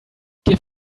give